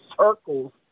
circles